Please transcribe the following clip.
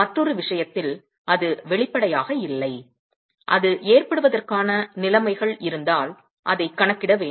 மற்றொரு விஷயத்தில் அது வெளிப்படையாக இல்லை அது ஏற்படுவதற்கான நிலைமைகள் இருந்தால் அதைக் கணக்கிட வேண்டும்